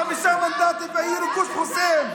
חמישה מנדטים, והיינו גוש חוסם.